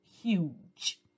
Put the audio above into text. huge